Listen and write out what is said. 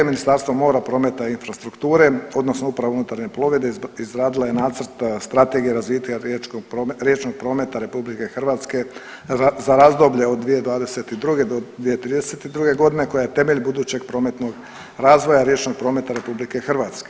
Ministarstvo mora, prometa i infrastrukture odnosno Uprava unutarnje plovidbe, izradila je Nacrt Strategije razvitka riječnog prometa RH za razdoblje od 2022. do 2032. koja je temelj budućeg prometnog razvoja riječnog prometa RH.